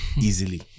easily